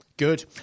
Good